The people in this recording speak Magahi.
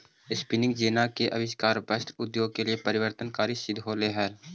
स्पीनिंग जेना के आविष्कार वस्त्र उद्योग के लिए परिवर्तनकारी सिद्ध होले हई